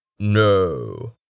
No